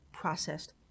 processed